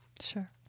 Sure